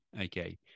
okay